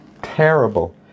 Terrible